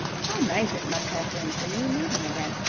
how nice it must have been for you meeting again.